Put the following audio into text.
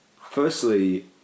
Firstly